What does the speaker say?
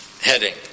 heading